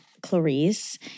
Clarice